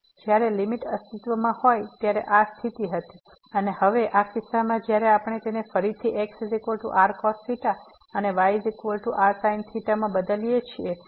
તેથી જ્યારે લીમીટ અસ્તિત્વમાં હોય ત્યારે આ સ્થિતિ હતી અને હવે આ કિસ્સામાં જ્યારે આપણે તેને ફરીથી xrcos and yrsin બદલીએ છીએ